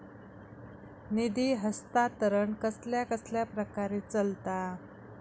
निधी हस्तांतरण कसल्या कसल्या प्रकारे चलता?